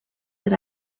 that